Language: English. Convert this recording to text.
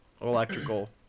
electrical